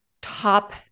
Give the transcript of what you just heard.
top